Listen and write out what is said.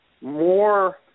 more